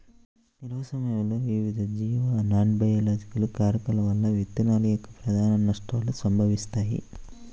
నిల్వ సమయంలో వివిధ జీవ నాన్బయోలాజికల్ కారకాల వల్ల విత్తనాల యొక్క ప్రధాన నష్టాలు సంభవిస్తాయి